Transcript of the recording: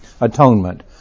atonement